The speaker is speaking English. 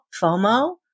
FOMO